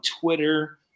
Twitter